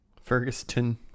Ferguson